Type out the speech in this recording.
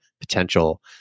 potential